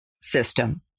system